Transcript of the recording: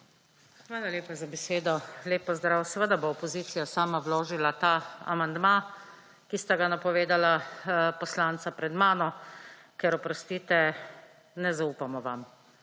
Hvala lepa za besedo. Lep pozdrav! Seveda bo opozicija sama vložila ta amandma, ki sta ga napovedala poslanca pred mano, ker oprostite, ne zaupamo vam.